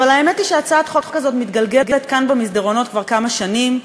אבל האמת היא שהצעת החוק הזאת מתגלגלת כאן במסדרונות כבר כמה שנים,